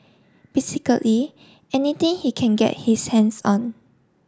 basically anything he can get his hands on